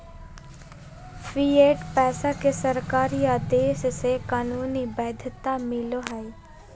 fiat पैसा के सरकारी आदेश से कानूनी वैध्यता मिलो हय